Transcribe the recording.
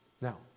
Now